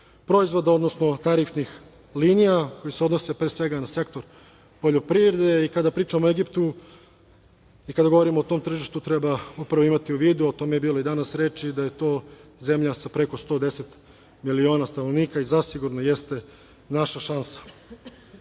proizvoda, odnosno tarifnih linija koji se odnose, pre svega, na sektor poljoprivrede. Kada pričam o Egiptu i kada govorim o tom tržištu, treba imati u vidu, o tome je bilo i danas reči da je to zemlja sa preko 110 miliona stanovnika i zasigurno jeste naša